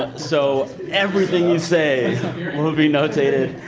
ah so everything you say will be notated.